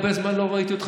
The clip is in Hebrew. הרבה זמן לא ראיתי אותך,